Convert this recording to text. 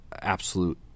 absolute